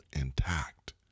intact